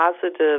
positive